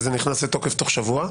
וזה נכנס לתוקף בתוך שבוע,